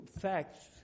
facts